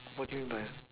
what you mean by